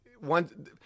one